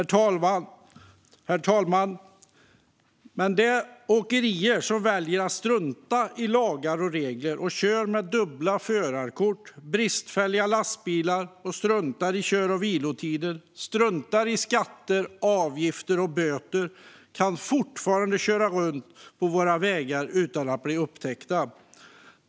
Men de åkerier som väljer att strunta i lagar och regler och kör med dubbla förarkort, bristfälliga lastbilar och struntar i kör och vilotider, struntar i skatter, avgifter och böter, kan fortfarande köra runt på våra vägar utan att bli upptäckta.